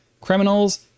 Criminals